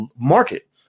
market